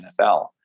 NFL